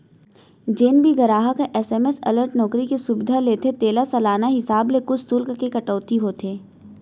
जेन भी गराहक ह एस.एम.एस अलर्ट नउकरी के सुबिधा लेथे तेला सालाना हिसाब ले कुछ सुल्क के कटौती होथे